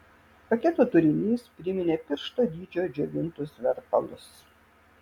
paketo turinys priminė piršto dydžio džiovintus verpalus